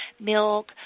milk